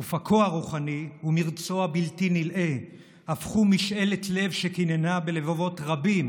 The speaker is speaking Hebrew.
אופקו הרוחני ומרצו הבלתי-נדלה הפכו משאלת לב שקיננה בלבבות רבים